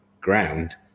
ground